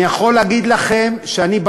אני יכול להגיד לכם שאני,